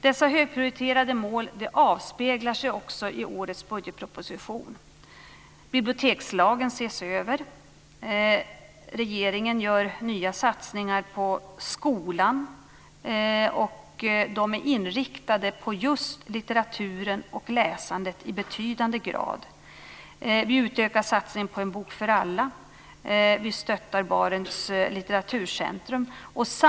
Dessa högprioriterade mål avspeglar sig också i årets budgetproposition. Bibliotekslagen ses över. Regeringen gör nya satsningar på skolan. De är inriktade på just litteraturen och läsandet i betydande grad. Vi utökar satsningen på En bok för alla. Vi stöttar Barents litteraturcentrum.